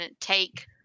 take